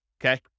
Okay